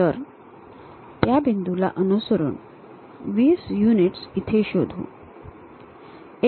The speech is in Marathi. तर त्या बिंदूला अनुसरून वीस युनिट्स इथे शोधू